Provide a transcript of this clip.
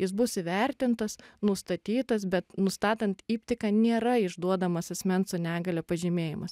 jis bus įvertintas nustatytas bet nustatant iptiką nėra išduodamas asmens su negalia pažymėjimas